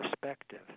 perspective